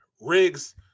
Riggs